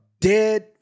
dead